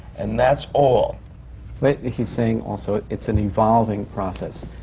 and that's all. what he's saying, also, it's an evolving process.